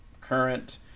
current